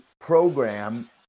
program